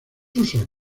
usos